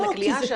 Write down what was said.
הכליאה?